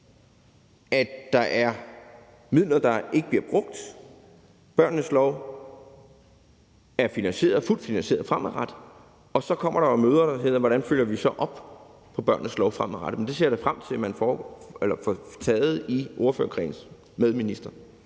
at der er midler, der ikke bliver brugt; barnets lov er fuldt finansieret fremadrettet, og så kommer der jo møder, der handler om, hvordan vi så følger op på barnets lov fremadrettet. Men det ser jeg da frem til at man får taget i ordførerkredsen med ministeren.